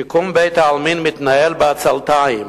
שיקום בית-העלמין מתנהל בעצלתיים,